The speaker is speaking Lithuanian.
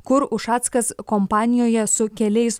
kur ušackas kompanijoje su keliais